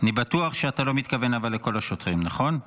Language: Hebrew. אני בטוח אבל שאתה לא מתכוון לכל השוטרים, נכון?